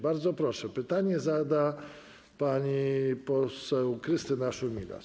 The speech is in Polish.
Bardzo proszę, pytanie zada pani poseł Krystyna Szumilas.